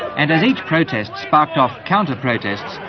and as each protest sparked off counter-protests,